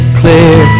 clear